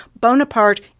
Bonaparte